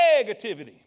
Negativity